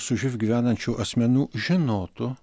su živ gyvenančių asmenų žinotų